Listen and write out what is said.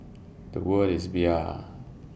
Bia